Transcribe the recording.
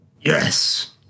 Yes